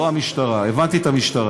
לא המשטרה, הבנתי את המשטרה,